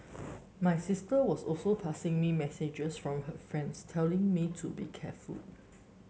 my sister was also passing me messages from her friends telling me to be careful